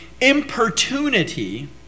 importunity